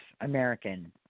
American